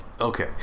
Okay